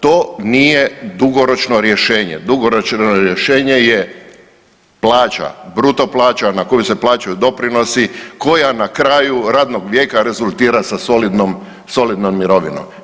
To nije dugoročno rješenje, dugoročno rješenje je plaća, bruto plaća na koju se plaćaju doprinosi, koja na kraju radnog vijeka rezultira sa solidnom, solidnom mirovinom.